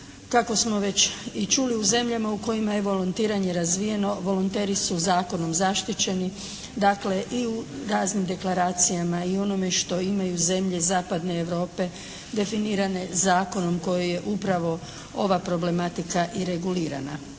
Kako smo već i čuli u zemljama u kojima je volontiranje razvijeno volonteri su zakonom zaštićeni, dakle i u raznim deklaracijama i u onome što imaju zemlje Zapadne Europe definirane zakonom koji je upravo ova problematika i regulirana.